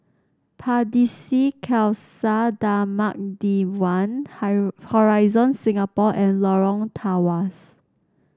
Pardesi Khalsa Dharmak Diwan Hori Horizon Singapore and Lorong Tawas